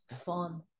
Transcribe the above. fun